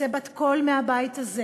שתצא בת קול מהבית הזה